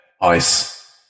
ice